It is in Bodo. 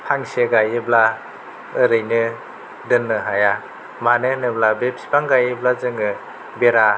फांसे गायोब्ला ओरैनो दोन्नो हाया मानो होनोब्ला बे बिफां गायोब्ला जोङो बेरा